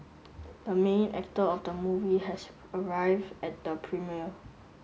the main actor of the movie has arrived at the premiere